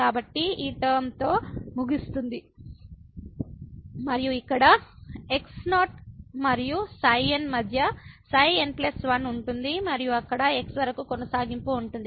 కాబట్టి ఈ టర్మతో ముగుస్తుంది మరియు ఇక్కడ x0 మరియు ξn మధ్య ξn 1 ఉంటుంది మరియు అక్కడ x వరకు కొనసాగింపు ఉంటుంది